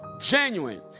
Genuine